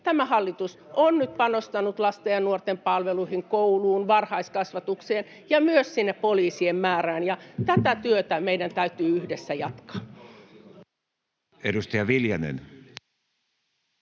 tämä hallitus on nyt panostanut lasten ja nuorten palveluihin, kouluun, varhaiskasvatukseen ja myös siihen poliisien määrään, ja tätä työtä meidän täytyy yhdessä jatkaa.